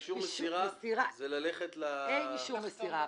אישור מסירה זה ללכת --- אין אישור מסירה.